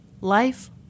Life